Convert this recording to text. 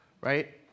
right